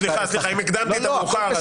סליחה, סליחה אם הקדמתי את המאוחר.